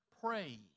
pray